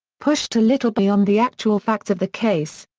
pushed a little beyond the actual facts of the case.